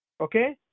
okay